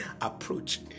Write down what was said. approach